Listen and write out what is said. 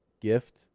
gift